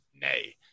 nay